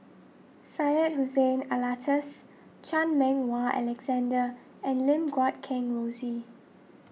Syed Hussein Alatas Chan Meng Wah Alexander and Lim Guat Kheng Rosie